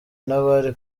n’abari